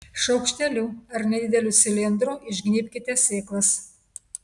šaukšteliu ar nedideliu cilindru išgnybkite sėklas